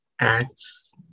Acts